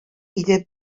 иде